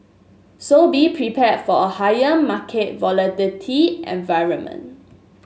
so be prepared for a higher market volatility environment